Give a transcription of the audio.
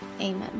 Amen